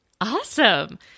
Awesome